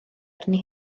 arni